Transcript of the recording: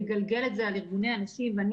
האם לגלגל את זה על ארגוני הנשים ואני